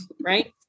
Right